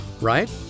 right